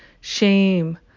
shame